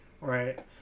right